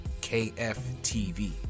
KFTV